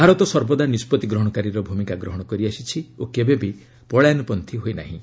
ଭାରତ ସର୍ବଦା ନିଷ୍କଭି ଗ୍ରହଣକାରୀର ଭୂମିକା ଗ୍ରହଣ କରିଆସିଛି ଓ କେବେବି ପଳାୟନପନ୍ତ୍ରୀ ହୋଇ ନାହିଁ